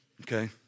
okay